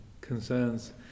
concerns